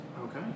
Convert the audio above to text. Okay